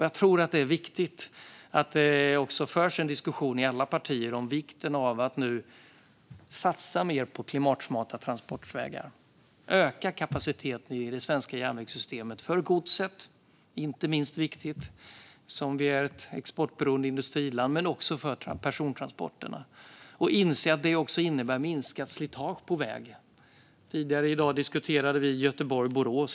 Jag tror att det är viktigt att det också förs en diskussion i alla partier om vikten av att nu satsa mer på klimatsmarta transportvägar och öka kapaciteten i det svenska järnvägssystemet för godset - inte minst viktigt - eftersom vi är ett exportberoende industriland, men också för persontransporterna och inse att det också innebär minskat slitage på vägarna. Tidigare i dag diskuterade vi järnvägen Göteborg-Borås.